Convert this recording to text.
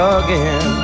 again